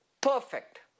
perfect